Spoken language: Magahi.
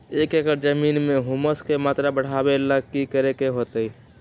एक एकड़ जमीन में ह्यूमस के मात्रा बढ़ावे ला की करे के होतई?